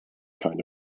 kind